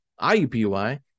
IUPUI